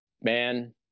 man